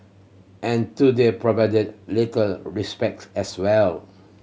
and today provided little respite as well